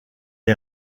est